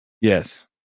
Yes